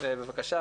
בבקשה,